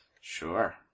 Sure